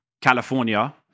California